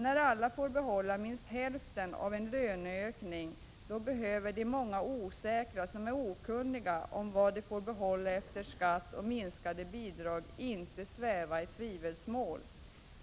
När alla får behålla minst hälften av en löneökning behöver de många osäkra, som är okunniga om vad de får behålla efter skatt och minskade bidrag, inte sväva i tvivelsmål.